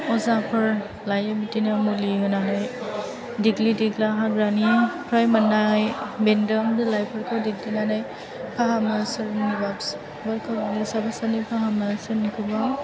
अजाफोर लायो बिदिनो मुलि होनानै दिग्लि दिग्ला हाग्रानिफ्राय मोननाय बेन्दों बिलाइफोरखौ देग्लिनानै फाहामो सोरनिबा फिसाफोरखौ बेयो साफा सानै फाहामनानै सोरनिखौबा